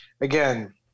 again